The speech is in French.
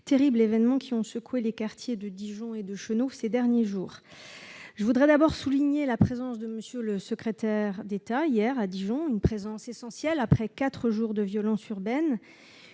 terribles événements qui ont secoué des quartiers de Dijon et de Chenôve ces derniers jours. Je voudrais d'abord souligner la présence de M. le secrétaire d'État Laurent Nunez hier à Dijon. Sa venue était essentielle après quatre jours de violences urbaines